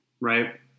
right